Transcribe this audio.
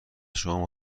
شما